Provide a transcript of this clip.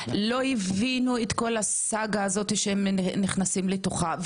לא הבינו את כל הסאגה הזאת שהם נכנסים לתוכה,